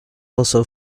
also